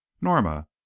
norma